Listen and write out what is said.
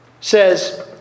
says